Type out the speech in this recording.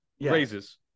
Raises